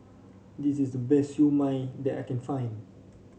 this is the best Siew Mai that I can find